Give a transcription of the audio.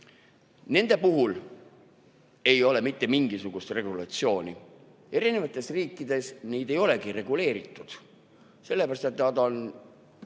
Nende puhul ei ole mitte mingisugust regulatsiooni. Erinevates riikides neid ei olegi reguleeritud, sellepärast et nad on